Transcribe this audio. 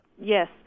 Yes